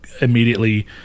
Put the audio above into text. immediately